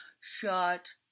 shut